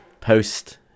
post